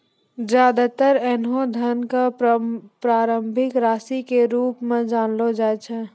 ज्यादातर ऐन्हों धन क प्रारंभिक राशि के रूप म जानलो जाय छै